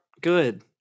good